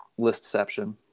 listception